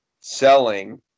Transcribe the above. selling